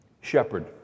shepherd